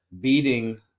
Beating